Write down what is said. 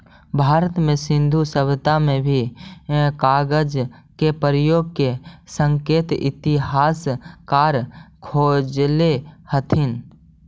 भारत में सिन्धु सभ्यता में भी कागज के प्रयोग के संकेत इतिहासकार खोजले हथिन